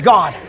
God